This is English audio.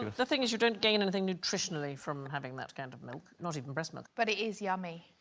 the thing is you don't gain anything nutritionally from having that kind of milk not even breast milk, but it is yummy